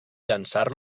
llançar